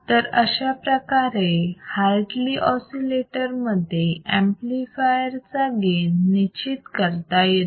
तर अशाप्रकारे Hartley oscillator मध्ये एंपलीफायर चा गेन निश्चित करता येतो